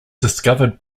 discovered